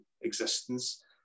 existence